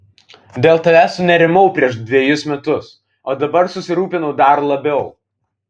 dėl tavęs sunerimau prieš dvejus metus o dabar susirūpinau dar labiau